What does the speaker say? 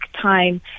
time